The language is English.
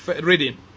reading